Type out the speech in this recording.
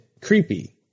Creepy